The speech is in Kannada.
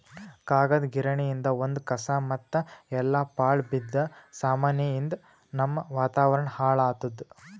ಕಾಗದ್ ಗಿರಣಿಯಿಂದ್ ಬಂದ್ ಕಸಾ ಮತ್ತ್ ಎಲ್ಲಾ ಪಾಳ್ ಬಿದ್ದ ಸಾಮಾನಿಯಿಂದ್ ನಮ್ಮ್ ವಾತಾವರಣ್ ಹಾಳ್ ಆತ್ತದ